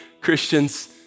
Christians